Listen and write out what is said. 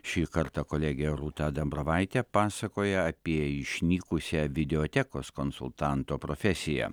šį kartą kolegė rūta dambravaitė pasakoja apie išnykusią videotekos konsultanto profesiją